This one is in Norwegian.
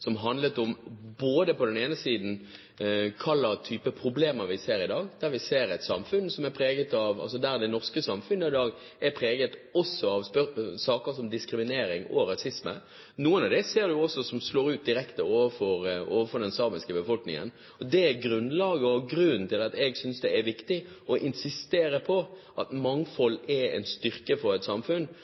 som på den ene siden handlet om hva slags type problemer vi ser i dag, der det norske samfunn i dag også er preget av saker som diskriminering og rasisme. Noen av dem slår også ut direkte overfor den samiske befolkningen. Det er grunnen til at jeg synes det er viktig å insistere på at mangfold er en styrke for et samfunn,